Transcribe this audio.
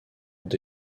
ont